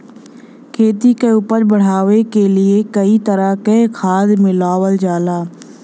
खेती क उपज बढ़ावे क लिए कई तरह क खाद मिलावल जाला